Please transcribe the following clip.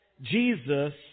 Jesus